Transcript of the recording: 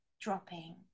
dropping